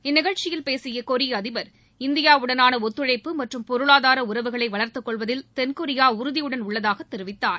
இந்நிகழ்ச்சியில் பேசிய கொரிய அதிபர் இந்தியாவுடனான ஒத்துழைப்பு மற்றும் பொருளாதார உறவுகளை வளர்த்துக் கொள்வதில் தென்கொரியா உறுதியுடன் உள்ளதாக தெரிவித்தார்